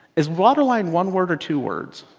is waterline one word or two words.